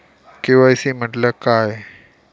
KYC म्हटल्या काय?